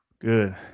Good